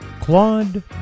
Claude